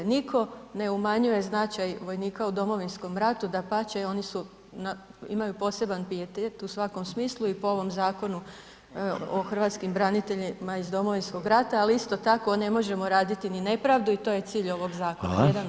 Nitko ne umanjuje značaj vojnika u Domovinskom ratu, dapače, oni su, imaju poseban pijetet u svakom smislu po ovom zakonu o hrvatskim braniteljima iz Domovinskog rata, al isto tako ne možemo raditi ni nepravdu i to je cilj ovog zakona, jedan od ciljeva.